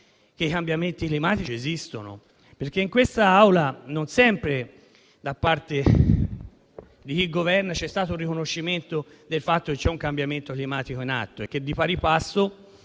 che i cambiamenti climatici esistono, perché in quest'Aula non sempre da parte di chi governa c'è stato un riconoscimento del fatto che c'è un cambiamento climatico in atto e che di pari passo